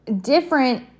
different